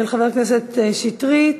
של חבר הכנסת שטרית.